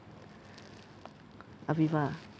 Aviva